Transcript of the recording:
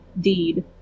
deed